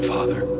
Father